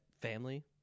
family